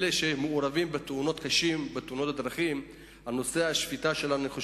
אלה שמעורבים בתאונות דרכים קשות,